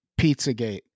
Pizzagate